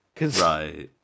Right